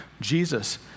Jesus